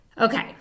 Okay